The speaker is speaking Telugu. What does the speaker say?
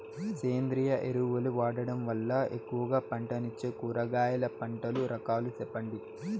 సేంద్రియ ఎరువులు వాడడం వల్ల ఎక్కువగా పంటనిచ్చే కూరగాయల పంటల రకాలు సెప్పండి?